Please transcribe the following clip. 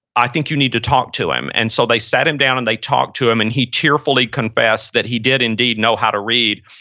i think you need to talk to him. and so, they sat him down and they talked to him and he tearfully confessed that he did indeed know how to read.